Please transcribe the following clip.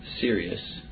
serious